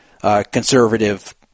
conservative